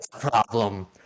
problem